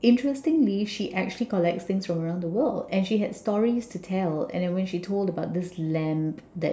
interestingly she actually collects things around the world and she had stories to tell and when she told about this lamp